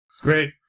Great